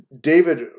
David